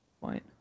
point